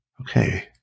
okay